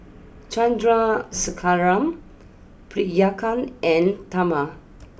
Chandrasekaran Priyanka and Tharman